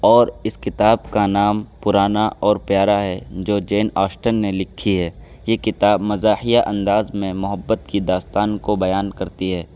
اور اس کتاب کا نام پرانا اور پیارا ہے جو جین آسٹن نے لکھی ہے یہ کتاب مزاحیہ انداز میں محبت کی داستان کو بیان کرتی ہے